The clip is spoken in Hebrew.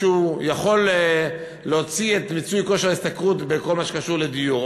שהוא יכול להוציא את מיצוי כושר השתכרות בכל מה שקשור לדיור.